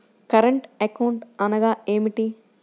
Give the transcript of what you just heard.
Current account అనగా ఏమిటి?